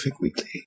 Weekly